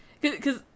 Because-